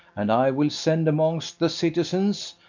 and i will send amongst the citizens,